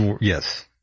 Yes